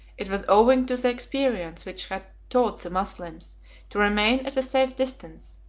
it was owing to the experience which had taught the moslems to remain at a safe distance,